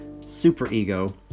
superego